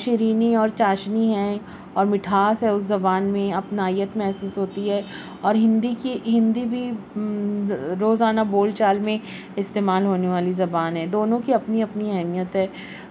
شیرینی اور چاشنی ہے اور مٹھاس ہے اس زبان میں اپنائیت محسوس ہوتی ہے اور ہندی کی ہندی بھی روزانہ بول چال میں استعمال ہونے والی زبان ہے دونوں کی اپنی اپنی اہمیت ہے